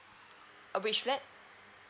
which flat